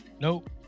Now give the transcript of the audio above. Nope